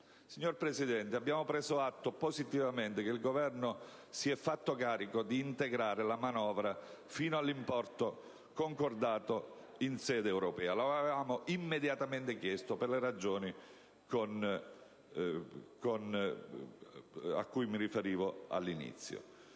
Signora Presidente, abbiamo preso atto positivamente che il Governo si è fatto carico di integrare la manovra fino all'importo concordato in sede europea. Lo avevamo chiesto per le ragioni cui ho accennato all'inizio